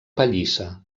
pallissa